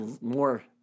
more